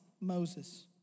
Moses